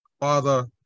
Father